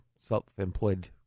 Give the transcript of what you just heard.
self-employed